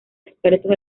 expertos